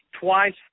twice